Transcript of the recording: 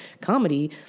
comedy